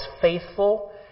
faithful